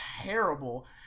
terrible